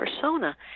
persona